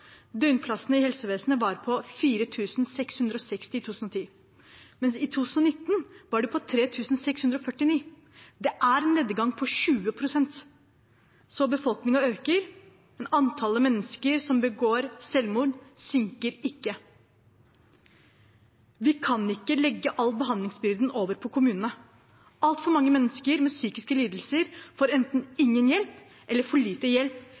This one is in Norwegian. Døgnplassene i helsevesenet var på 4 660 i 2010, mens i 2019 var de på 3 649. Det er en nedgang på 20 pst. Befolkningen øker, men antallet mennesker som begår selvmord, synker ikke. Vi kan ikke legge all behandlingsbyrden over på kommunene. Altfor mange mennesker med psykiske lidelser får enten ingen hjelp eller for lite hjelp